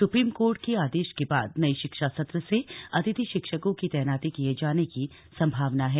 supreme court के आदेश के बाद नये शिक्षा सत्र से अतिथि शिक्षकों की तैनाती किये जाने की संम्भावना है